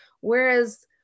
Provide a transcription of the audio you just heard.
Whereas